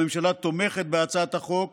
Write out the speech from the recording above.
הממשלה תומכת בהצעת החוק